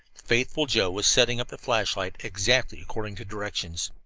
faithful joe was setting up the flashlight exactly according to directions.